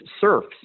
serfs